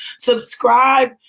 Subscribe